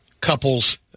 couples